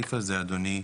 לסעיף הזה אדוני.